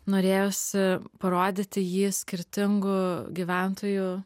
norėjosi parodyti jį skirtingų gyventojų